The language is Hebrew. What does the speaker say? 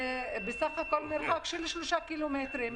זה בסך הכול מרחק של שלושה קילומטרים.